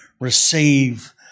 receive